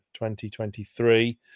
2023